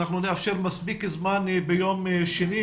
אנחנו נאפשר וניתן מספיק זמן ביום שני,